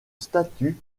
statue